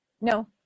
No